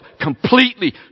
completely